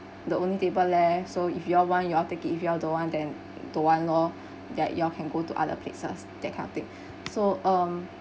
the only table leh so if you all want you all take it if you all don't want then don't want lor that you all can go to other places that kind of thing so um I